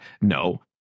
no